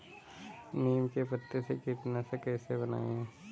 नीम के पत्तों से कीटनाशक कैसे बनाएँ?